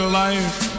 life